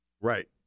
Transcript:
right